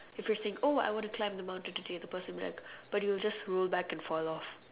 the first thing oh I want to climb the mountain today the person will be like but you will just roll back and fall off